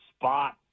spot